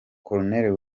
col